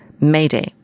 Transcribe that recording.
Mayday